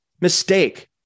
mistake